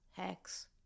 Hex